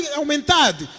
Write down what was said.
aumentado